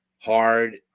hard